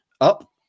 up